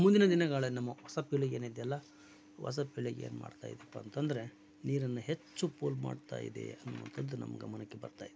ಮುಂದಿನ ದಿನಗಳಲ್ಲಿ ನಮ್ಮ ಹೊಸ ಪೀಳಿಗೆ ಏನಿದೆಯಲ್ಲ ಹೊಸ ಪೀಳಿಗೆ ಏನು ಮಾಡ್ತಾ ಇದೆಯಪ್ಪ ಅಂತಂದರೆ ನೀರನ್ನು ಹೆಚ್ಚು ಪೋಲು ಮಾಡ್ತಾ ಇದೆ ಎನ್ನುವಂಥದ್ದು ನಮ್ಮ ಗಮನಕ್ಕೆ ಬರ್ತಾ ಇದೆ